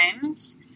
times